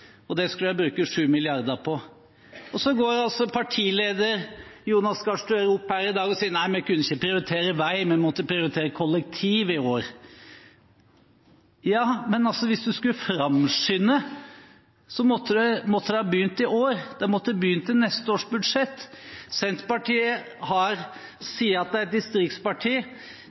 og det skulle de bruke 7 mrd. kr på. Og så går altså partileder Jonas Gahr Støre opp her i dag og sier: Nei, vi kunne ikke prioritere vei, vi måtte prioritere kollektivtransport i år. Ja, men hvis de skulle framskynde, måtte de ha begynt i år, de måtte begynt i neste års budsjett. Senterpartiet sier at de er et distriktsparti. Arbeiderpartiet gjør i hvert fall nå sitt beste for å motbevise det